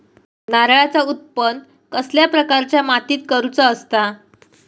नारळाचा उत्त्पन कसल्या प्रकारच्या मातीत करूचा असता?